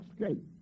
escape